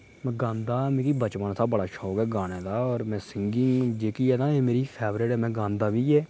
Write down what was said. में गान्ना मिगी बचपन थमा बड़ा शौक ऐ गाने दा और में सिंगिंग जेह्की ऐ ना एह् मेरी फेवरेट ऐ में गान्ना बी ऐ